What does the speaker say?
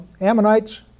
Ammonites